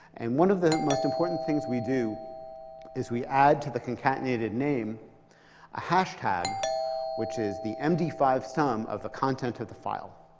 and one of the most important things we do is we add to the concatenated name a hashtag which is the m d five of the content of the file.